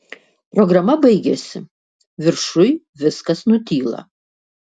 programa baigiasi viršuj viskas nutyla